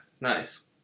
Nice